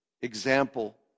example